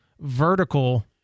vertical